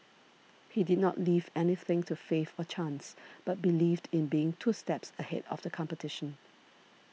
he did not leave anything to faith or chance but believed in being two steps ahead of the competition